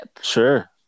sure